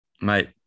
Mate